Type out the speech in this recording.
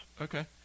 Okay